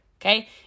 okay